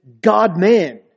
God-man